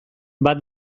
bat